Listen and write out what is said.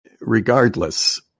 regardless